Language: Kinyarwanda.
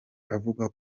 avuga